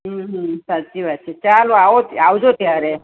હં હં સાચી વાત છે ચાલો આવો આવજો ત્યારે